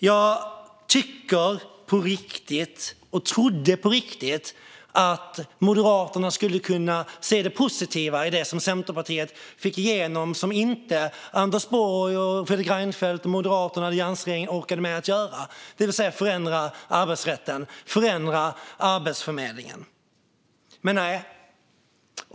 Jag tycker på riktigt och trodde på riktigt att Moderaterna skulle kunna se det positiva i det som Centerpartiet fick igenom och som inte Anders Borg, Fredrik Reinfeldt, Moderaterna och alliansregeringen orkade med att göra, det vill säga att förändra arbetsrätten och förändra Arbetsförmedlingen, men nej.